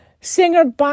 singer